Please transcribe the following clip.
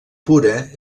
pura